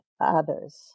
others